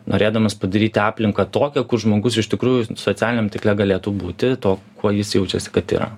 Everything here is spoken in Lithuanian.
norėdamas padaryti aplinką tokią kur žmogus iš tikrųjų socialiniam tinkle galėtų būti tuo kuo jis jaučiasi kad yra